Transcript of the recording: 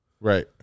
right